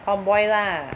tomboy lah